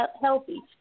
healthy